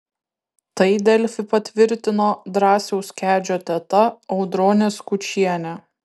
tai delfi patvirtino drąsiaus kedžio teta audronė skučienė